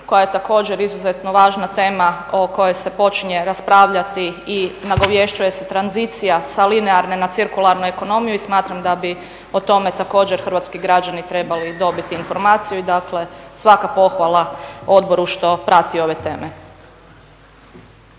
koja je također izuzetno važna tema o kojoj se počinje raspravljati i nagovješćuje se tranzicija sa linearne na cirkularnu ekonomiju i smatram da bi o tome također hrvatski građani trebali dobiti informaciju i dakle svaka pohvala odboru što prati ove teme.